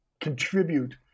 contribute